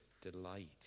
delight